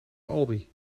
aldi